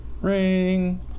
Ring